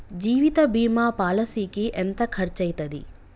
జీవిత బీమా పాలసీకి ఎంత ఖర్చయితది?